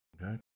Okay